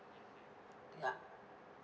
ya